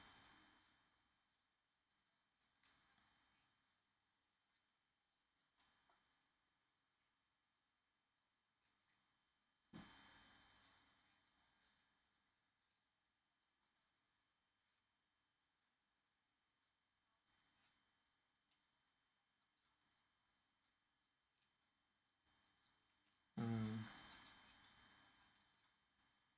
mm